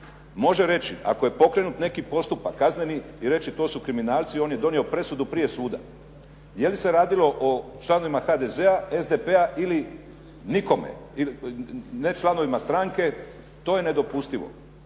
može reći ako je pokrenut neki postupak kazneni i reći to su kriminalci, on je donio presudu prije suda. Je li se radilo o članovima HDZ-a, SDP-a ili nikome, ne članovima stranke, to je nedopustivo